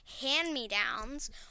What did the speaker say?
hand-me-downs